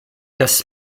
das